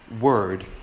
Word